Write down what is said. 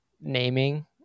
naming